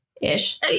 ish